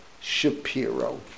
Shapiro